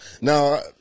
Now